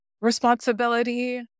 responsibility